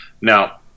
Now